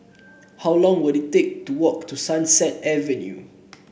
how long will it take to walk to Sunset Avenue